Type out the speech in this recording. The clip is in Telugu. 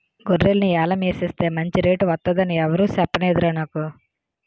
గొర్రెల్ని యాలం ఎసేస్తే మంచి రేటు వొత్తదని ఎవురూ సెప్పనేదురా నాకు